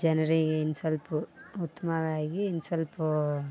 ಜನರಿಗೆ ಇನ್ನು ಸ್ವಲ್ಪ್ ಉತ್ತಮವಾಗಿ ಇನ್ನು ಸ್ವಲ್ಪ್